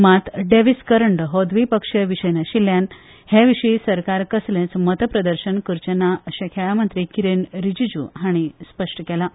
पूण डॅव्हीस करंड हो द्विपक्षीय विशय नाशिल्ल्यान हे विशीं सरकार कसलेंच मतप्रदर्शन करचो ना अशें खेळां मंत्री किरेन रिजीजू हांणी स्पश्ट केलां